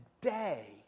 Today